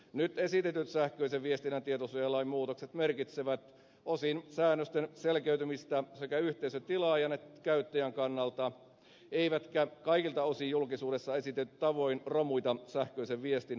nyt esitetyt sähköisen viestinnän tietosuojalain muutokset merkitsevät osin säännösten selkeytymistä sekä yhteisötilaajan että käyttäjän kannalta eivätkä kaikilta osin julkisuudessa esitetyn tavoin romuta sähköisen viestin tietoturvaa